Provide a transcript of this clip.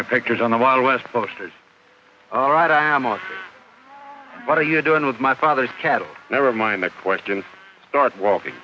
your pictures on the wild west coast is all right i have on what are you doing with my father's cattle never mind the questions start walking